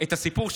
את הסיפור,